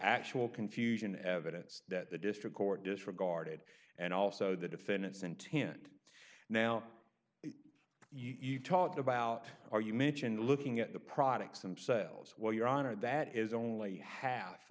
actual confusion evidence that the district court disregarded and also the defendant's intent now you talked about are you mentioned looking at the products themselves while your honor that is only half